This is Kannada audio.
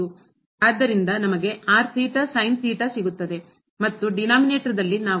ಆದ್ದರಿಂದನಮಗೆ ಸಿಗುತ್ತದೆ ಮತ್ತು ಡಿನಾಮಿನೇಟರ್ ದಲ್ಲಿ ನಾವು